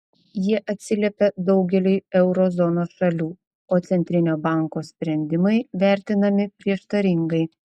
jie atsiliepia daugeliui euro zonos šalių o centrinio banko sprendimai vertinami prieštaringai